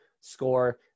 score